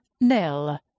nil